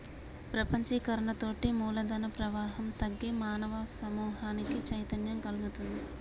ప్రపంచీకరణతోటి మూలధన ప్రవాహం తగ్గి మానవ సమూహానికి చైతన్యం గల్గుతుంది